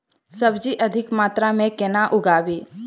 सब्जी अधिक मात्रा मे केना उगाबी?